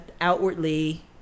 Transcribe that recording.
outwardly